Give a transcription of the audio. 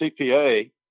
CPA